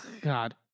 God